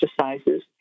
exercises